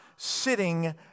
sitting